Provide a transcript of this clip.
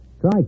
Try